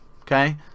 okay